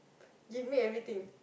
give me everything